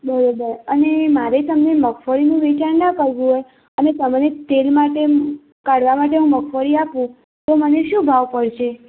બરાબર અને મારે તમને મગફળીનું વેચાણ ના કરવું હોય અને તમને તેલ માટે કાઢવા માટે હું મગફળી આપું તો મને શું ભાવ પડશે